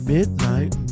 Midnight